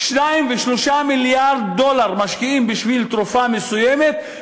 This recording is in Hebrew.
2 ו-3 מיליארד דולר משקיעים בשביל תרופה מסוימת,